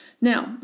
Now